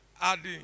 Adding